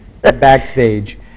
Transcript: backstage